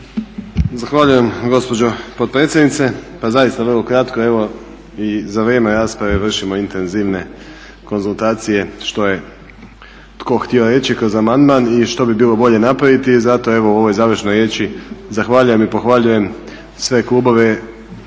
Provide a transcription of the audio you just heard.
Zahvaljujem gospođo potpredsjednice. Pa zaista vrlo kratko, evo i za vrijeme rasprave vršimo intenzivne konzultacije, što je tko htio reći kroz amandman i što bi bilo bolje napraviti i zato evo u ovoj završnoj riječi zahvaljujem i pohvaljujem sve klubove,